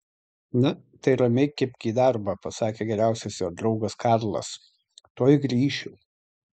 na tai ramiai kibk į darbą pasakė geriausias jo draugas karlas tuoj grįšiu